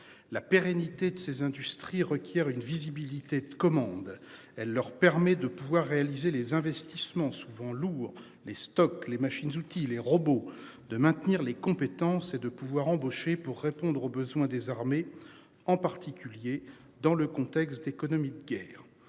la pérennité de ces industries requiert une visibilité de commande, elle leur permet de pouvoir réaliser les investissements souvent lourds les stocks les machines-outils. Les robots de maintenir les compétences et de pouvoir embaucher pour répondre aux besoins des armées, en particulier dans le contexte économique guère